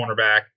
cornerback